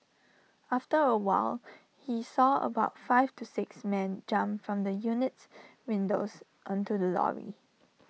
after A while he saw about five to six men jump from the unit's windows onto the lorry